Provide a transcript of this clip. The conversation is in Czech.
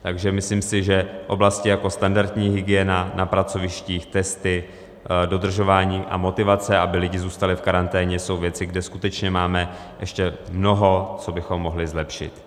Takže myslím si, že oblasti jako standardní hygiena na pracovištích, testy, dodržování a motivace, aby lidi zůstali v karanténě, jsou věci, kde skutečně máme ještě mnoho, co bychom mohli zlepšit.